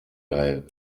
grève